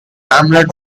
hamlet